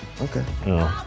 Okay